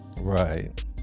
Right